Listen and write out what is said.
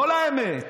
לא לאמת.